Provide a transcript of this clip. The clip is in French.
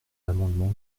l’amendement